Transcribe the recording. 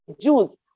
Jews